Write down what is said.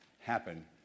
happen